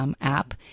app